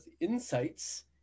insights